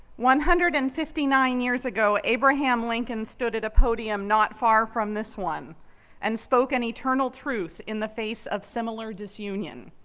one hundred and fifty nine years ago abraham lincoln stood at a podium not far from this one and spoke an eternal truth in the face of similar disunion.